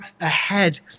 ahead